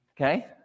okay